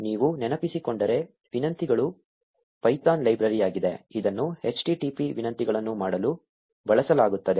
ನೀವು ನೆನಪಿಸಿಕೊಂಡರೆ ವಿನಂತಿಗಳು ಪೈಥಾನ್ ಲೈಬ್ರರಿಯಾಗಿದೆ ಇದನ್ನು http ವಿನಂತಿಗಳನ್ನು ಮಾಡಲು ಬಳಸಲಾಗುತ್ತದೆ